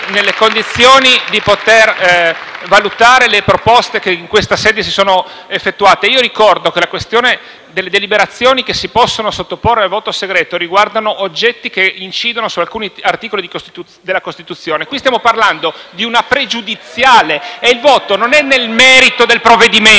nelle condizioni di valutare le proposte che in questa sede sono state avanzate. Ricordo che le deliberazioni che si possono sottoporre al voto segreto devono riguardare oggetti che incidono su alcuni articoli della Costituzione. Qui stiamo parlando di una pregiudiziale e il voto non è nel merito del provvedimento,